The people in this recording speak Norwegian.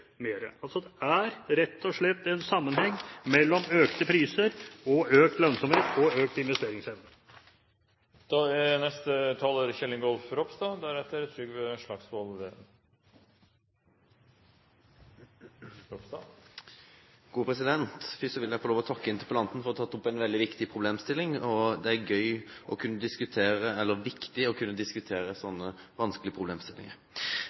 Altså: Det er rett og slett en sammenheng mellom økte priser, økt lønnsomhet og økt investeringsevne. Først vil jeg takke interpellanten for å ha tatt opp en veldig viktig problemstilling. Det er viktig å kunne diskutere slike vanskelige problemstillinger. Norge har forpliktet seg til å bidra til å realisere FNs tusenårsmål. Det overordnede målet for hele tusenårsprosjektet kan sies å